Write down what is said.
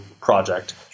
project